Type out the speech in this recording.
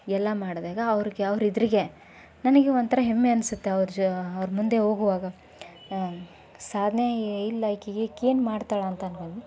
ಎಲ್ಲ ಮಾಡಿದಾಗ ಅವ್ರಿಗೆ ಅವ್ರ ಎದುರಿಗೆ ನನಗೆ ಒಂಥರ ಹೆಮ್ಮೆ ಅನ್ಸತ್ತೆ ಅವ್ರ ಜೋ ಅವ್ರ ಮುಂದೆ ಹೋಗುವಾಗ ಸಾಧನೆ ಇಲ್ಲ ಈಕಿಗೆ ಈಕೆ ಏನು ಮಾಡ್ತಾಳೆ ಅಂತಂದಾಗ